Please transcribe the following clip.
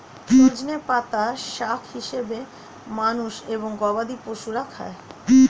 সজনে পাতা শাক হিসেবে মানুষ এবং গবাদি পশুরা খায়